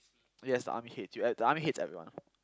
yes the army hates you uh the army hates everyone ah